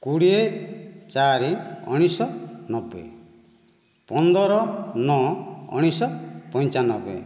କୋଡ଼ିଏ ଚାରି ଉଣେଇଶ ନବେ ପନ୍ଦର ନଅ ଉଣେଇଶ ପଞ୍ଚାନବେ